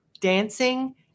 dancing